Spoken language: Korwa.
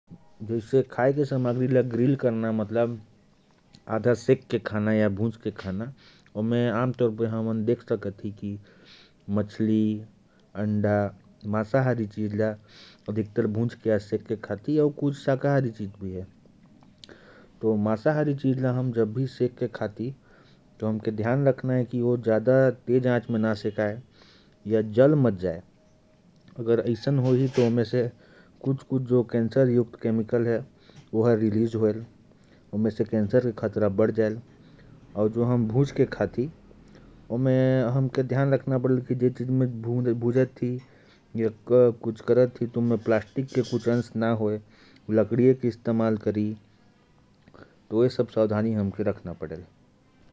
खाने के समान को भुजकर खाना, जैसे हम देख सकते हैं कि मांसाहारी में मछली, और शाकाहारी में भी बहुत सारी चीजें हैं जिन्हें भुजकर खाते हैं। हमें भुजने के लिए घनी लकड़ी का इस्तेमाल करना चाहिए और धीमी आंच में भुजना चाहिए। तेज आंच में भुजने से कैंसर जैसे कुछ रोगों का खतरा बढ़ सकता है। और एक बात का और ध्यान रखना चाहिए कि उसमें प्लास्टिक के कोई अंश न हों।